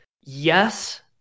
Yes